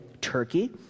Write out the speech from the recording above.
Turkey